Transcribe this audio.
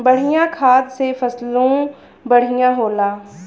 बढ़िया खाद से फसलों बढ़िया होला